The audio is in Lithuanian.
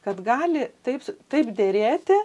kad gali taip taip derėti